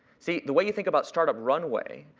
see, the way you think about startup runway,